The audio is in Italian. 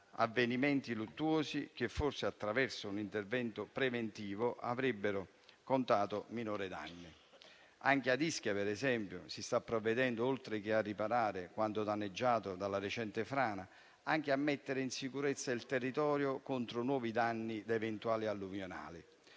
avvenimenti luttuosi che forse, attraverso un intervento preventivo, avrebbero contato minori danni. Anche ad Ischia, per esempio, si sta provvedendo, oltre che a riparare quanto danneggiato dalla recente frana, a mettere in sicurezza il territorio contro nuovi danni da eventi alluvionali.